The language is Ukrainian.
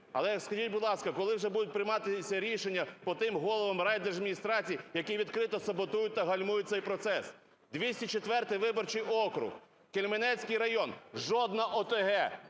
Але скажіть, будь ласка, коли вже будуть прийматися рішення по тим головам райдержадміністрацій, які відкрито саботують та гальмують цей процес? 204 виборчий округ. Кельменецький район – жодної ОТГ,